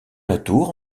latour